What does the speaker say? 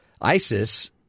ISIS